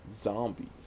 zombies